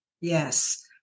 Yes